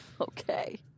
Okay